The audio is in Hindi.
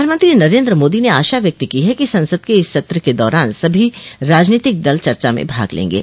प्रधानमंत्री नरेन्द्र मोदी ने आशा व्यक्त की है कि संसद के इस सत्र के दौरान सभी राजनीतिक दल चर्चा में भाग लेंगे